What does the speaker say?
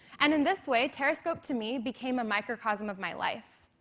and in this way, terrascope to me became a microcosm of my life,